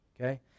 okay